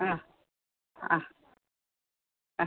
ആ ആ ആ